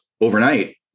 overnight